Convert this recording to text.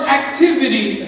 activity